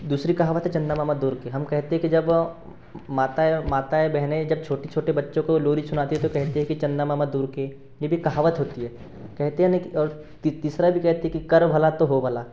दूसरी कहावत है चन्दा मामा दूर के हम कहते हैं कि जब माताए माताएँ बहनें जब छोटे छोटे बच्चों को लोरी सुनाती है तो कहती हैं कि चन्दा मामा दूर के ये भी एक कहावत होती है कहते हैं ना कि ति तीसरा भी कहते हैं कि कर भला तो हो भला